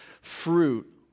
fruit